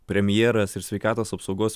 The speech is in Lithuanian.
premjeras ir sveikatos apsaugos